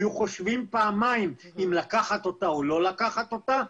היו חושבים פעמיים אם לקחת אותה או לא לקחת אותה,